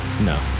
No